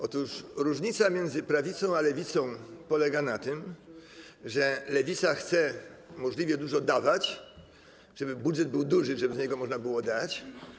Otóż różnica między prawicą a lewicą polega na tym, że lewica chce możliwie dużo dawać, żeby budżet był duży, żeby z niego można było dać.